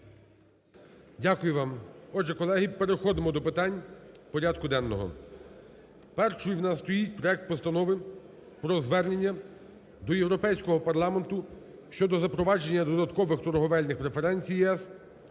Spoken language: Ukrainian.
Дякую вам. Отже, колеги, переходимо до питань порядку денного. Першою у нас стоїть проект Постанови про Звернення до Європейського Парламенту щодо запровадження додаткових торговельних преференцій ЄС